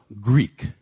Greek